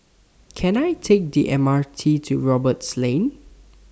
Can I Take The M R T to Roberts Lane